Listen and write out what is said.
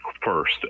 first